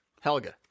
Helga